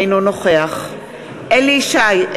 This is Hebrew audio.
אינו נוכח אליהו ישי,